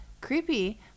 Creepy